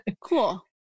Cool